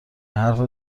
حرف